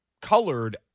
colored